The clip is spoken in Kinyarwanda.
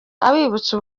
abibutsa